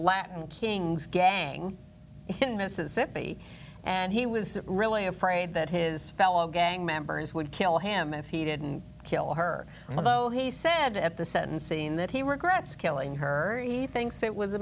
latin kings gang in mississippi and he was really afraid that his fellow gang members would kill him if he didn't kill her although he said at the sentencing that he regrets killing her he thinks it was a